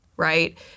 right